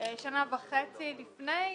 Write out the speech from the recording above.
שנה וחצי לפני,